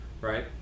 right